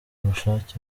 ubushake